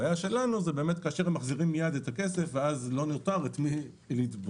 הבעיה שלנו היא באמת כאשר מחזירים מיד את הכסף ואז לא נותר את מי לתבוע.